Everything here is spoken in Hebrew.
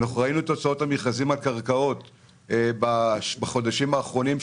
וראינו את תוצאות המכרזים על קרקעות בחודשים האחרונים,